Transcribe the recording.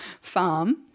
farm